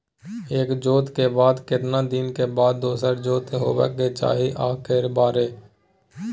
एक जोत के बाद केतना दिन के बाद दोसर जोत होबाक चाही आ के बेर?